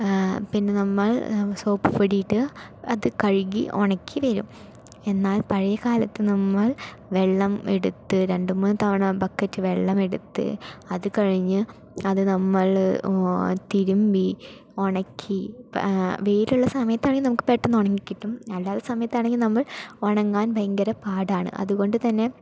പിന്നെ നമ്മൾ സോപ്പുപൊടിയിട്ട് അത് കഴുകി ഉണക്കി വരും എന്നാൽ പഴയകാലത്ത് നമ്മൾ വെള്ളം എടുത്ത് രണ്ടു മൂന്നു തവണ ബക്കറ്റ് വെള്ളം എടുത്തു അതുകഴിഞ്ഞ് അത് നമ്മൾ തിരുമ്മി ഉണക്കി വെയിലുള്ള സമയത്താണെങ്കിൽ നമുക്ക് പെട്ടെന്ന് ഉണങ്ങി കിട്ടും അല്ലാത്ത സമയത്താണെങ്കിൽ നമ്മൾ ഉണങ്ങാൻ ഭയങ്കര പാടാണ് അതുകൊണ്ട് തന്നെ